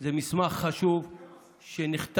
זה מסמך חשוב שנכתב.